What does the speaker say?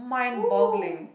!whoo!